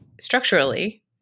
structurally